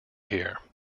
here